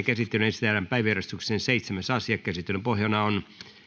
käsittelyyn esitellään päiväjärjestyksen seitsemäs asia käsittelyn pohjana on